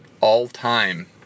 all-time